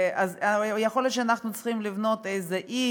יכול להיות שאנחנו צריכים לבנות איזה אי